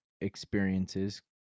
experiences